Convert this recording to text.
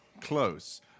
close